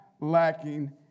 lacking